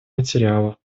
материалов